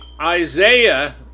Isaiah